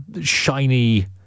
shiny